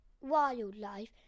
wildlife